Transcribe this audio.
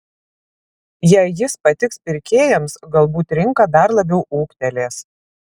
jei jis patiks pirkėjams galbūt rinka dar labiau ūgtelės